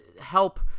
help